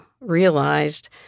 realized